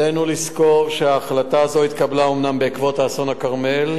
עלינו לזכור שההחלטה הזאת התקבלה אומנם בעקבות אסון הכרמל,